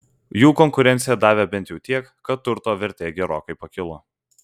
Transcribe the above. jų konkurencija davė bent jau tiek kad turto vertė gerokai pakilo